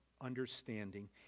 understanding